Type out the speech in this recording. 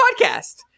podcast